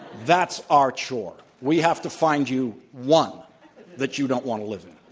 that's our chore. we have to find you one that you don't want to live in.